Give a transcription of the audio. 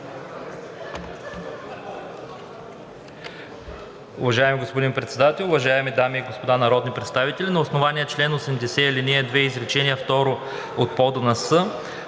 Уважаеми господин Председател, уважаеми дами и господа народни представители! На основание чл. 80, ал. 2, изречение второ от ПОДНС